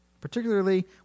particularly